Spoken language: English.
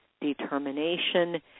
determination